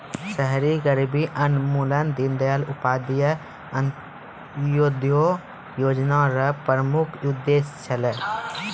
शहरी गरीबी उन्मूलन दीनदयाल उपाध्याय अन्त्योदय योजना र प्रमुख उद्देश्य छलै